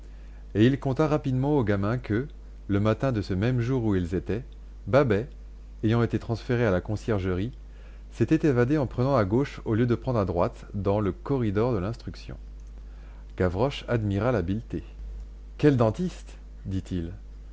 et il conta rapidement au gamin que le matin de ce même jour où ils étaient babet ayant été transféré à la conciergerie s'était évadé en prenant à gauche au lieu de prendre à droite dans le corridor de l'instruction gavroche admira l'habileté quel dentiste dit-il